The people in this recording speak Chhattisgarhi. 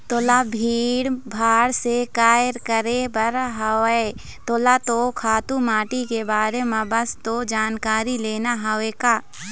तोला भीड़ भाड़ से काय करे बर हवय तोला तो खातू माटी के बारे म बस तो जानकारी लेना हवय का